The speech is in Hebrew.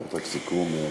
גברתי, לסיכום.